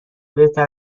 بهتر